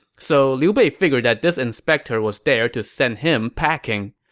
so liu bei figured that this inspector was there to send him packing.